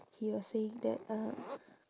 he was saying that uh